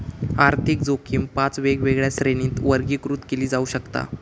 आर्थिक जोखीम पाच वेगवेगळ्या श्रेणींत वर्गीकृत केली जाऊ शकता